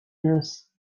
yours